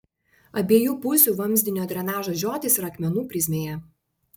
abiejų pusių vamzdinio drenažo žiotys yra akmenų prizmėje